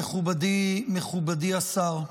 מכובדי השר,